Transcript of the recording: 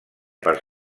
per